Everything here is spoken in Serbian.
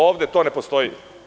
Ovde to ne postoji.